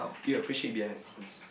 you appreciate behind the scenes